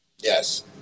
Yes